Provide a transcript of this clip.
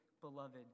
beloved